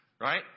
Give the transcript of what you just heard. Right